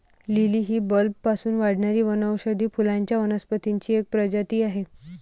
lily ही बल्बपासून वाढणारी वनौषधी फुलांच्या वनस्पतींची एक प्रजाती आहे